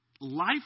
Life